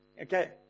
Okay